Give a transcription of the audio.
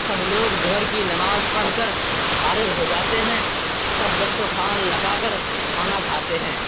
سب لوگ ظہر کی نماز پڑھ کر فارغ ہو جاتے ہیں تب دسترخوان لگا کر کھانا کھاتے ہیں